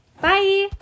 bye